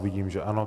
Vidím, že ano.